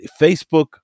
Facebook